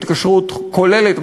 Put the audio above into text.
התקשרות כוללת,